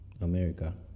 America